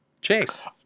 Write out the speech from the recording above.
Chase